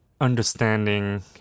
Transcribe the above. understanding